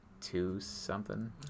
two-something